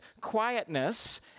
quietness